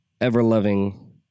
ever-loving